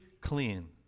clean